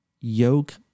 yoke